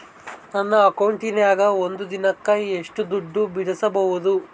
ನನ್ನ ಅಕೌಂಟಿನ್ಯಾಗ ಒಂದು ದಿನಕ್ಕ ಎಷ್ಟು ದುಡ್ಡು ಬಿಡಿಸಬಹುದು?